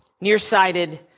Nearsighted